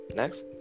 next